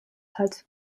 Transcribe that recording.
hat